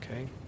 okay